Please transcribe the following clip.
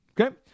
Okay